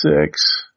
six